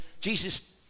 Jesus